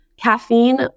caffeine